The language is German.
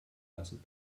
lassen